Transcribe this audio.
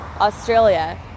Australia